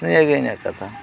ᱱᱤᱭᱟᱹ ᱜᱮ ᱤᱧᱟᱜ ᱠᱟᱛᱷᱟ